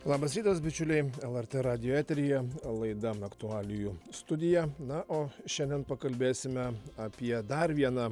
labas rytas bičiuliai lrt radijo eteryje laida aktualijų studija na o šiandien pakalbėsime apie dar vieną